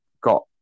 got